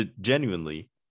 genuinely